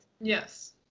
Yes